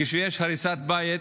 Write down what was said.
כשיש הריסת בית.